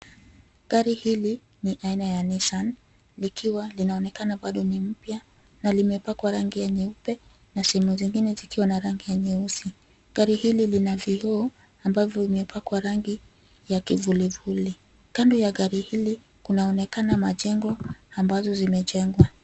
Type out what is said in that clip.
Gari hili ni aina ya Nissan, likiwa linaonekana bado ni mpya na limepakwa rangi nyeupe, na sehemu zingine zikiwa na rangi ya nyeusi. Gari hili lina vioo ambavyo vimepakwa rangi ya kivulivuli. Kando ya gari hili, kunaonekana majengo ambazo zimejengwa.